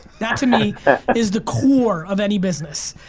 that to me is the core of any business.